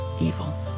evil